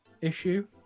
issue